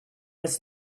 was